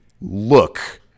look